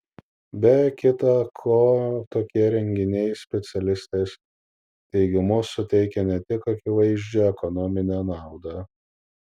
be kita ko tokie renginiai specialistės teigimu suteikia ne tik akivaizdžią ekonominę naudą